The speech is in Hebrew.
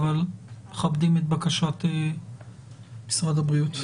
אבל מכבדים את בקשת משרד הבריאות.